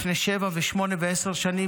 לפני שבע ושמונה ועשר שנים,